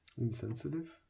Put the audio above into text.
Insensitive